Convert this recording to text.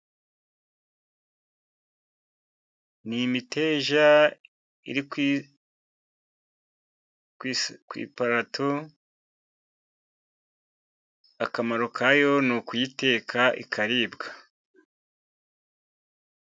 Ni imiteja iri ku iparato, akamaro kayo ni ukuyiteka, ikaribwa.